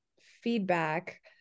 feedback